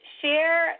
share